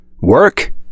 Work